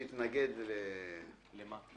מי שהתנגד --- התנגד למה?